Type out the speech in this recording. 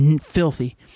filthy